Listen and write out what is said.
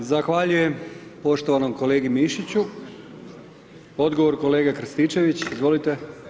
Zahvaljujem poštovanom kolegi Mišiću, odgovor, kolega Krstičević, izvolite.